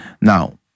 Now